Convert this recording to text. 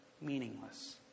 meaningless